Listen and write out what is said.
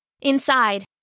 Inside